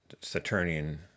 Saturnian